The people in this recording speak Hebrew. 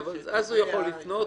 אז הוא יכול לפנות,